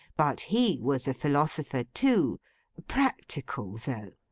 but he was a philosopher, too practical, though!